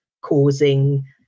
causing